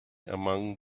among